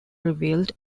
revealed